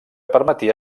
permetia